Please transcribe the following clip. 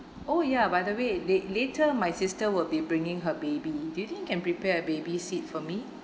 oh ya by the way they later my sister will be bringing her baby do you think you can prepare a baby seat for me